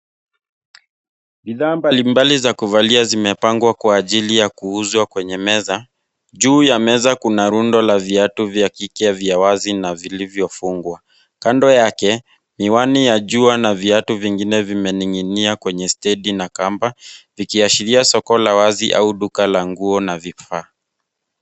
Bidhaa mbalimbali za kuvalia zimepangwa kwa ajili ya kuuzwa kwenye meza, juu ya meza kuna rundo la viatu vya kike vya wazi na vilivyofungwa. Kando yake, miwani ya jua na viatu vingine vimening'inia kwenye stedi na kamba, vikiashiria soko la wazi au duka la nguo na vifaa.